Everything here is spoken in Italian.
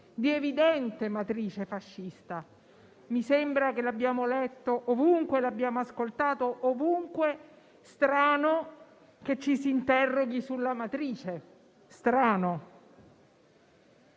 di evidente matrice fascista. Mi sembra che l'abbiamo letto ovunque, lo abbiamo ascoltato ovunque. Strano che ci si interroghi sulla matrice, e